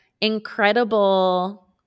incredible